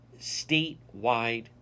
statewide